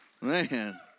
Man